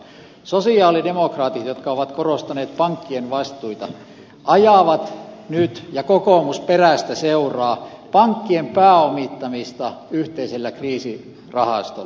sosialidemokraatit jotka ovat korostaneet pankkien vastuita ajavat nyt ja kokoomus perästä seuraa pankkien pääomittamista yhteisellä kriisirahastolla